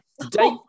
today